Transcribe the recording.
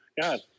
god